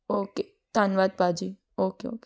okay ਧੰਨਵਾਦ ਭਾਅ ਜੀ ਓਕੇ ਓਕੇ